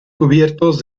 cubiertos